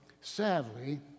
Sadly